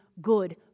good